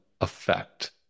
effect